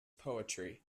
poetry